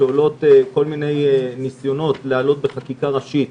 כשעולים ניסיונות להעלות בחקיקה ראשית